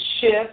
shift